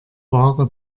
wahre